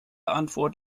antwort